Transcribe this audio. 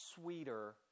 sweeter